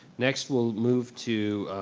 next we'll move to,